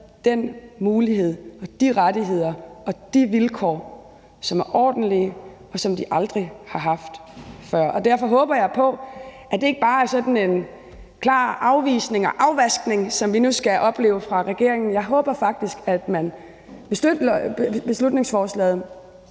den mulighed og de rettigheder og ordentlige vilkår, som de aldrig har haft før. Derfor håber jeg på, at det ikke bare er sådan en klar afvisning og kold afvaskning, som vi nu skal opleve fra regeringens side. Jeg håber faktisk, at man vil støtte beslutningsforslaget.